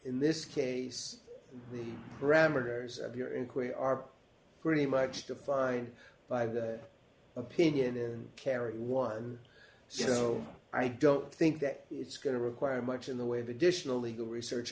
inquiry are pretty much defined by the opinion and carry one so i don't think that it's going to require much in the way of additional legal research